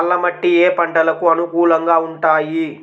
నల్ల మట్టి ఏ ఏ పంటలకు అనుకూలంగా ఉంటాయి?